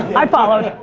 i followed.